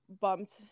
bumped